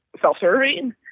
self-serving